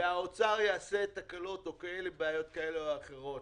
והאוצר יעשה בעיות כאלה ואחרות